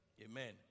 Amen